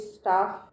staff